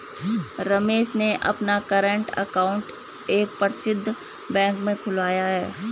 रमेश ने अपना current account एक प्रसिद्ध बैंक में खुलवाया है